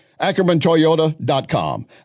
AckermanToyota.com